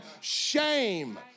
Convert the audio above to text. shame